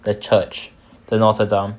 the church the notre dame